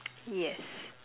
yes